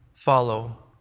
Follow